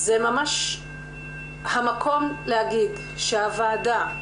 המקום להגיד שהוועדה,